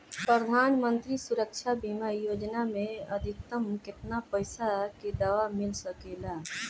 प्रधानमंत्री सुरक्षा बीमा योजना मे अधिक्तम केतना पइसा के दवा मिल सके ला?